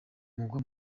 mugwa